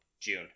June